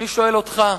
אני שואל אותך: